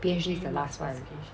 PhD is the last one